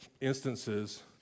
instances